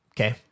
Okay